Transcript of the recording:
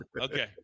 Okay